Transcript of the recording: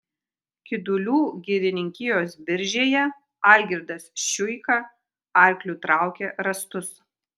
kidulių girininkijos biržėje algirdas šiuika arkliu traukė rąstus